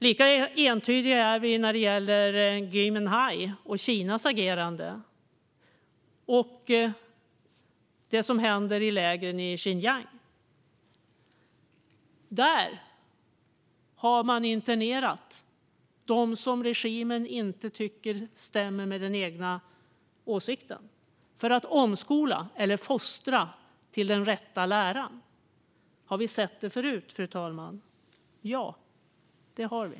Lika entydiga är vi när det gäller Gui Minhai och Kinas agerande och det som händer i lägren i Xinjiang. Där har man internerat dem som regimen inte tycker stämmer med den egna åsikten för att omskola eller fostra dem till den rätta läran. Har vi sett det förut, fru talman? Ja, det har vi.